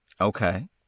Okay